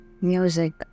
music